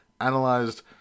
analyzed